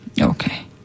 Okay